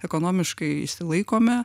ekonomiškai išsilaikome